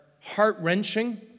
heart-wrenching